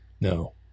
no